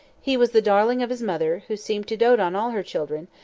he was the darling of his mother, who seemed to dote on all her children,